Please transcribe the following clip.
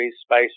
space